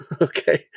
Okay